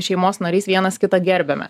šeimos narys vienas kitą gerbiame